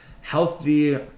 healthy